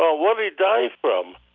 ah what did he die from?